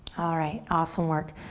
alright, awesome work.